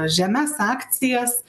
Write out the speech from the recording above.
žemes akcijas